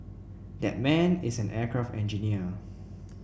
that man is an aircraft engineer